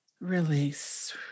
release